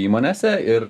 įmonėse ir